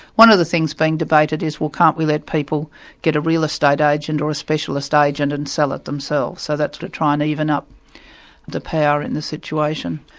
one of the things being debated is, well can't we let people get a real estate agent, or a specialist ah agent, and sell it themselves? so that's to try and even up the power in the situation.